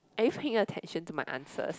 are you paying attention to my answers